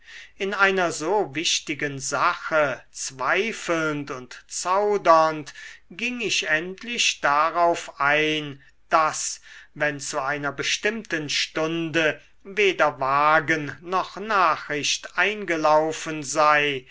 in einer so wichtigen sache zweifelnd und zaudernd ging ich endlich darauf ein daß wenn zu einer bestimmten stunde weder wagen noch nachricht eingelaufen sei